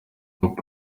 group